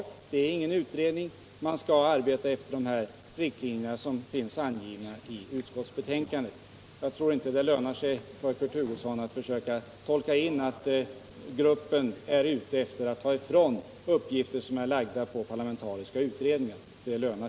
9 november 1977 Det är ingen utredning — man skall arbeta efter de riktlinjer som finns = angivna i utskottsbetänkandet. Jag tror inte det lönar sig för Kurt Hu — Datafrågor inom gosson att försöka tolka in att gruppen är ute för att ta över uppgifter — arbetslivet som är lagda på parlamentariska utredningar.